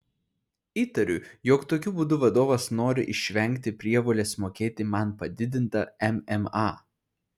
įtariu jog tokiu būdu vadovas nori išvengti prievolės mokėti man padidintą mma